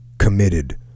committed